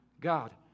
God